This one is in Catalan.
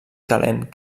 calent